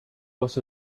was